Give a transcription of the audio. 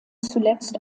zuletzt